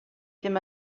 ddim